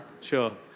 sure